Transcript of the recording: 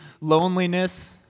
loneliness